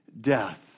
death